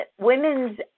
Women's